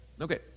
Okay